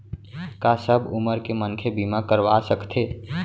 का सब उमर के मनखे बीमा करवा सकथे?